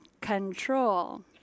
Control